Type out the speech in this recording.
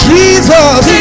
Jesus